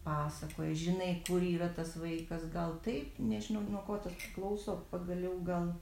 pasakoja žinai kur yra tas vaikas gal taip nežinau nuo ko tas priklauso pagaliau gal